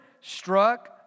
struck